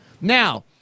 Now